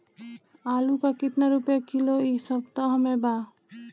आलू का कितना रुपया किलो इह सपतह में बा?